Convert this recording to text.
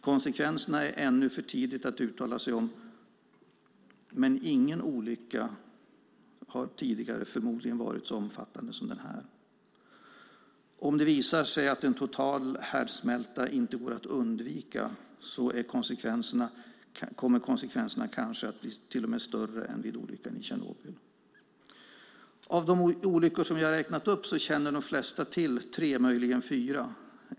Konsekvenserna är det ännu för tidigt att uttala sig om, men ingen tidigare olycka har förmodligen varit så omfattande som denna. Om det visar sig att en total härdsmälta inte går att undvika kommer konsekvenserna kanske att bli till och med större än vid olyckan i Tjernobyl. Av de olyckor jag har räknat upp känner de flesta till tre eller möjligen fyra.